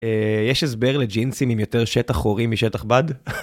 יש הסבר לג'ינסים עם יותר שטח חורים משטח בד?